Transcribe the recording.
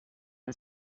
and